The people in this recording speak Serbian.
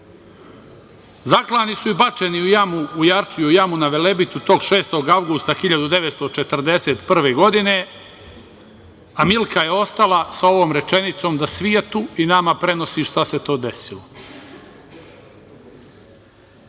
Zaklani su i bačeni u Jarčiju jamu na Velebitu, tog 6. avgusta 1941. godine, a Milka je ostala sa ovom rečenicom, da svetu i nama prenosi šta se to desilo. Ovo